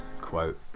quote